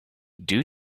due